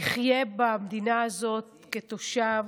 יחיה במדינה הזאת כתושב.